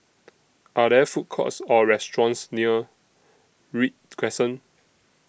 Are There Food Courts Or restaurants near Read Crescent